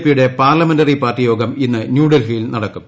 P യുടെ parliamentary party യോഗം ഇന്ന് ന്യൂഡൽഹിയിൽ നടക്കും